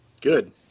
Good